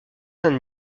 saint